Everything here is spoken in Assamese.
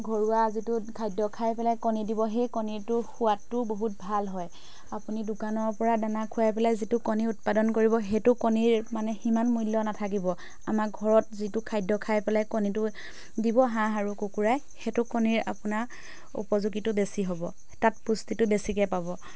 ঘৰুৱা যিটো খাদ্য খাই পেলাই কণী দিব সেই কণীৰটো সোৱাদটোও বহুত ভাল হয় আপুনি দোকানৰ পৰা দানা খুৱাই পেলাই যিটো কণী উৎপাদন কৰিব সেইটো কণীৰ মানে সিমান মূল্য নাথাকিব আমাৰ ঘৰত যিটো খাদ্য খাই পেলাই কণীটো দিব হাঁহ আৰু কুকুৰাই সেইটো কণীৰ আপোনাৰ উপযোগীটো বেছি হ'ব তাত পুষ্টিটো বেছিকৈ পাব